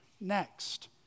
next